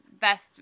best